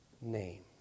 name